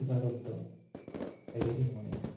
ᱤᱵᱟᱫᱚᱛ ᱫᱚ ᱮᱲᱮ ᱜᱮᱧ ᱢᱚᱱᱮᱭᱟ